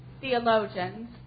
theologians